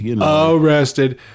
Arrested